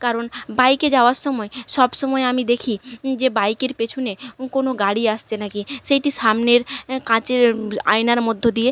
কারণ বাইকে যাওয়ার সময় সবসময় আমি দেখি যে বাইকের পেছনে কোনো গাড়ি আসছে না কি সেইটি সামনের কাচের আয়নার মধ্য দিয়ে